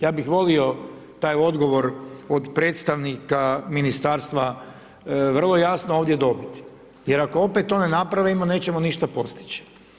Ja bi volio taj odgovor od predstavnika ministarstva vrlo jasno ovdje dobiti, jer ako opet to ne naprave, ima, nećemo ništa postići.